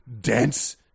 dense